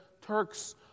Turks